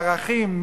הערכים,